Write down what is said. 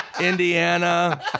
Indiana